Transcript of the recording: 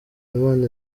imana